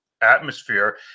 atmosphere